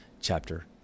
chapter